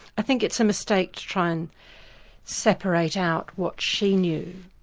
i think it's a mistake to try and separate out what she knew.